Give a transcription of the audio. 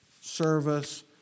service